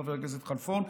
חבר הכנסת כלפון,